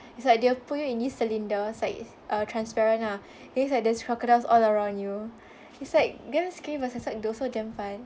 it's like they'll put you in this cylinder it's like transparent ah then it's like there's crocodiles all around you it's like gonna scream but also damn fun